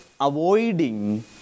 avoiding